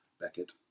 Beckett